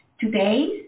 Today